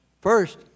first